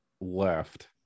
left